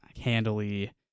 handily